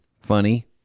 Funny